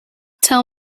tell